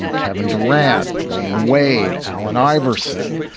um kevin durand, dwayne wade, allen iverson.